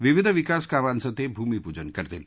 विविध विकास कामांच ते भूमिपूजन करतील